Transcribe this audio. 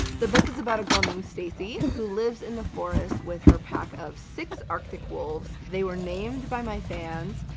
the book is about a girl named stacy who lives in the forest with her pack of six arctic wolves. they were named by my fans,